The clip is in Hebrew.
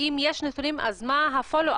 אם יש נתונים, אז מה הפולו-אפ?